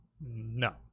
No